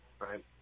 right